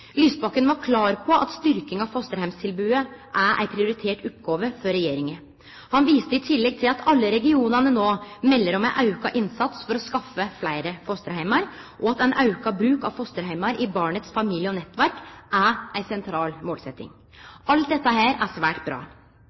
Lysbakken var klar på at styrking av fosterheimstilbodet er ei prioritert oppgåve for regjeringa. Han viste i tillegg til at alle regionane no melder om auka innsats for å skaffe fleire fosterheimar, og at ein auka bruk av fosterheimar i barnets familie og nettverk er ei sentral målsetjing. Alt dette er svært bra.